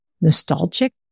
Nostalgic